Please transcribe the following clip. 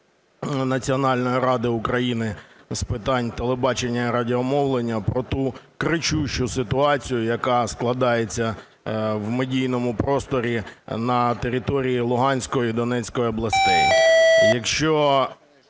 Національної ради України з питань телебачення і радіомовлення про ту кричущу ситуацію, яка складається в медійному просторі на території Луганської і Донецької областей.